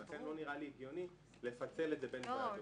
ולכן לא נראה לי הגיוני לפצל את זה בין ועדות.